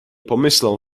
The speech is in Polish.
pomyślą